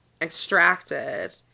extracted